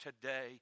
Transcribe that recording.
today